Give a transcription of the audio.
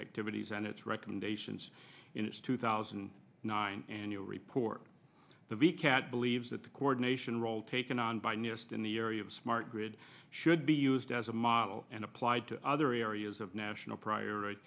activities and its recommendations in its two thousand and nine annual report that the cat believes that the coordination role taken on by nist in the area of smart grid should be used as a model and applied to other areas of national pri